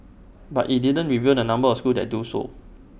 but IT did't reveal the number of schools that do so